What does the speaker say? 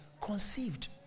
conceived